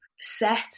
set